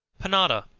panada.